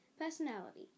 Personality